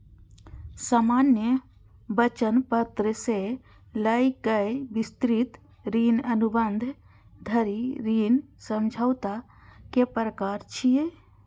सामान्य वचन पत्र सं लए कए विस्तृत ऋण अनुबंध धरि ऋण समझौताक प्रकार छियै